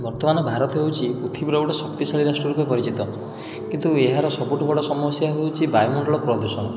ବର୍ତ୍ତମାନ ଭାରତ ହେଉଛି ପୃଥିବୀର ଗୋଟେ ଶକ୍ତିଶାଳୀ ରାଷ୍ଟ୍ର ରୂପେ ପରିଚିତ କିନ୍ତୁ ଏହାର ସବୁଠୁ ବଡ଼ ସମସ୍ୟା ହେଉଛି ବାୟୁମଣ୍ଡଳ ପ୍ରଦୂଷଣ